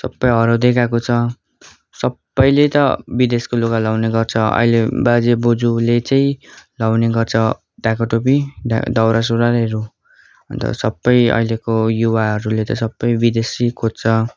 सबै हराउँदै गएको छ सबैले त विदेशको लुगा लाउने गर्छ अहिले बाजेबोजूले चाहिँ लाउने गर्छ ढाकाटोपी दौरा सुरुवालहरू अन्त सबै अहिलेको युवाहरूले त सबै विदेशी खोज्छ